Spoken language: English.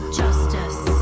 justice